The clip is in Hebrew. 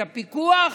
את הפיקוח